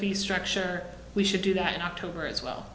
fee structure we should do that in october as well